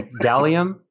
Gallium